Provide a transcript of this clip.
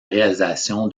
réalisation